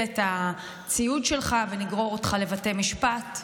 את הציוד שלך ונגרור אותך לבתי משפט".